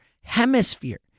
hemisphere